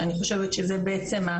שאני חושבת שזה בעצם,